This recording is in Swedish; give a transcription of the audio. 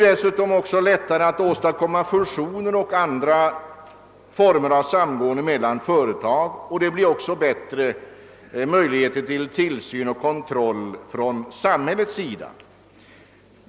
Dessutom blir det lättare att åstadkomma fusioner och andra former av samgående mellan företagen, och man får också bättre möjligheter till insyn och kontroll från samhällets sida.